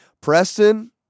Preston